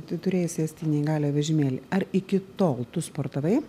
tu turėjai sėst į neįgaliojo vežimėlį ar iki tol tu sportavai